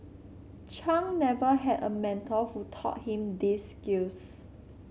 Chung never had a mentor who taught him these skills